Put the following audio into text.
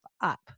up